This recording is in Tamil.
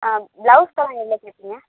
ஆ ப்ளவுஸுக்கெல்லாம் எவ்வளோ கேட்பீங்க